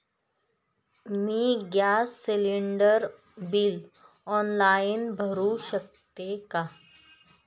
मी gas cylinder bill online भरु शकते का?